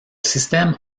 système